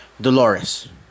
Dolores